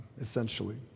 essentially